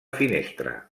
finestra